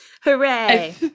Hooray